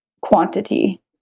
quantity